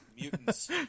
mutants